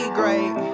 great